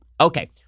Okay